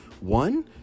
One